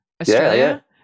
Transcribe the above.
Australia